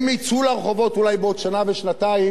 הם יצאו לרחובות אולי בעוד שנה ושנתיים,